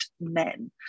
men